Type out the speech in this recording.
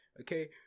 Okay